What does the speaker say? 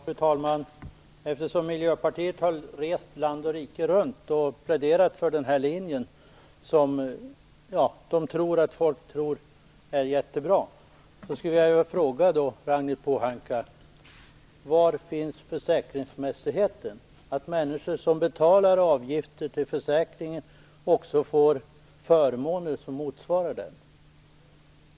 Fru talman! Eftersom Miljöpartiet har rest land och rike runt och pläderat för den här linjen, som de tror att folk tycker är jättebra, skulle jag vilja fråga Ragnhild Pohanka: Var finns försäkringsmässigheten, som innebär att människor som betalar avgifter till försäkringen också får förmåner som motsvarar dem?